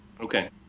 Okay